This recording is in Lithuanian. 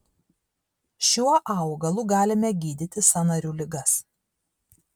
šiuo augalu galime gydyti sąnarių ligas